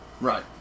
Right